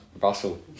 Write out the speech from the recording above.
Russell